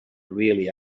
really